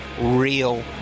real